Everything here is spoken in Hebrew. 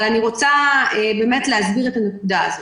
אני רוצה להסביר את הנקודה הזו.